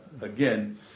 again